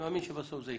אני מאמין שבסוף זה יקרה.